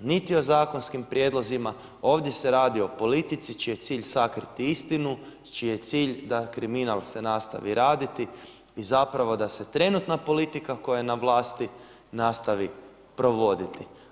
niti o zakonskim prijedlozima, ovdje se radi o politici čiji je cilj sakriti istinu, čiji je cilj da kriminal se nastavi raditi i zapravo da se trenutna politika koja je na vlasti nastavi provoditi.